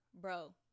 Bro